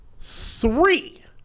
three